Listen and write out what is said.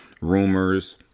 rumors